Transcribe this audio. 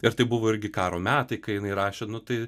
ir tai buvo irgi karo metai kai jinai rašė nu tai